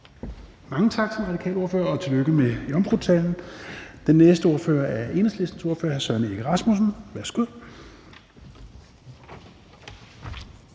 Mange tak til den radikale ordfører, og tillykke med jomfrutalen. Den næste ordfører er Enhedslistens ordfører, hr. Søren Egge Rasmussen. Værsgo.